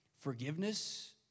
Forgiveness